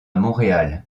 montréal